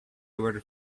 were